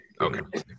okay